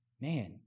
Man